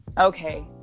Okay